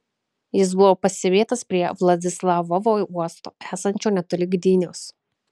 jis buvo pastebėtas prie vladislavovo uosto esančio netoli gdynios